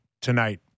tonight